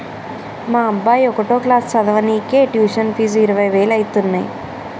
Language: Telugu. మా అబ్బాయి ఒకటో క్లాసు చదవనీకే ట్యుషన్ ఫీజు ఇరవై వేలు అయితన్నయ్యి